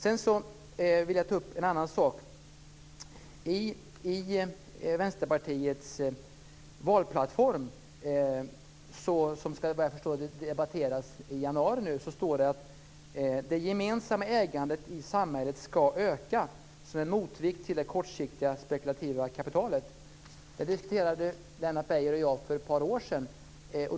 Jag vill ta upp en annan sak. I Vänsterpartiets valplattform - som jag förstår ska debatteras i januari - står det att det gemensamma ägandet i samhället ska öka som en motvikt till det kortsiktiga spekulativa kapitalet. Detta diskuterade Lennart Beijer och jag för ett par år sedan.